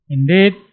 Indeed